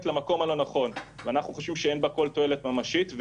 למקום הלא נכון ואנחנו חושבים שאין בה כל תועלת ממשית,